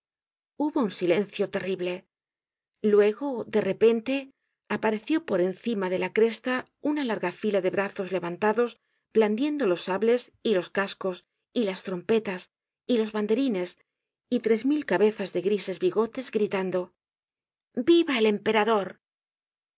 hubo un silencio terrible luego de repente apareció por encima de la cresta una larga fila de brazos levantados blandiendo los sables y los cascos y las trompetas y los banderines y tres mil cabezas de grises bigotes gritando viva el emperador